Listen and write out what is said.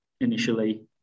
initially